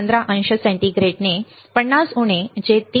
15 अंश सेंटीग्रेडने 50 उणे आहे जे 3